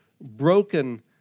broken